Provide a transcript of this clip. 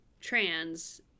trans